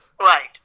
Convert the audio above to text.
Right